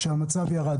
המצב ירד.